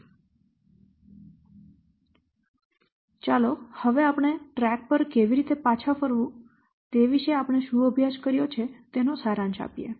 તેથી હવે ચાલો આપણે ટ્રેક પર કેવી રીતે પાછા ફરવું તે વિશે આપણે શું અભ્યાસ કર્યો છે તેનો સારાંશ આપીએ